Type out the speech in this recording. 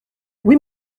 oui